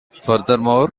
furthermore